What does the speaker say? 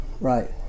Right